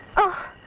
oh!